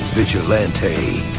Vigilante